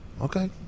Okay